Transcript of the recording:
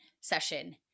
session